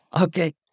Okay